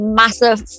massive